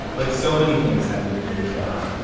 like so many things having to do with john,